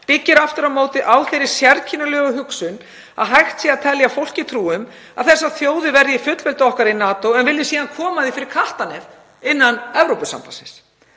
byggir aftur á móti á þeirri sérkennilegu hugsun að hægt sé að telja fólki trú um að þessar þjóðir verji fullveldi okkar í NATO en vilji síðan koma því fyrir kattarnef innan Evrópusambandsins.